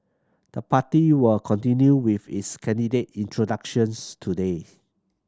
the party will continue with its candidate introductions today